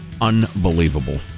Unbelievable